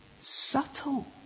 subtle